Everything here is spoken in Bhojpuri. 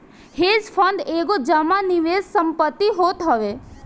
हेज फंड एगो जमा निवेश संपत्ति होत हवे